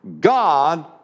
God